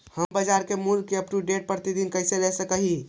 हम बाजार मूल्य के अपडेट, प्रतिदिन कैसे ले सक हिय?